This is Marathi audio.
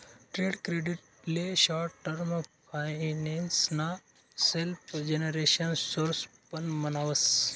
ट्रेड क्रेडिट ले शॉर्ट टर्म फाइनेंस ना सेल्फजेनरेशन सोर्स पण म्हणावस